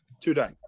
Today